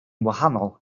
wahanol